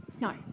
no